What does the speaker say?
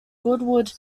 goodwood